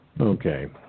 Okay